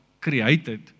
created